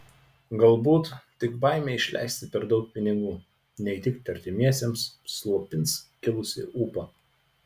galbūt tik baimė išleisti per daug pinigų neįtikti artimiesiems slopins kilusį ūpą